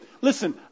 Listen